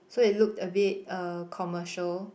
so it looked a bit uh commercial